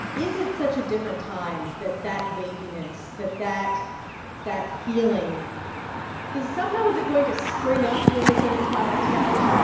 is it such a different time that that weightiness, that that that feeling is somehow is it going to spring up when the senate trial starts,